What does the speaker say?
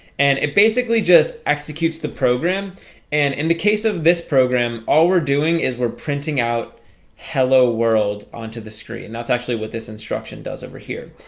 and it basically just executes the program and in the case of this program all we're doing is we're printing out hello world onto the screen and that's actually what this instruction does over here.